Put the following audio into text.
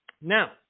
Now